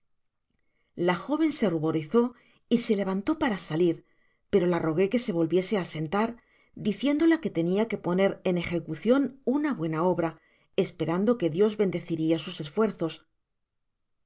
la jóven se ruborizó y se levantó para salir pero la roguó que se volviese á sentar diciéndola que tenia que poner en ejecucion una buena obra esperando que dios bendeciria sus esfuerzos